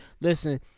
Listen